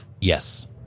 Yes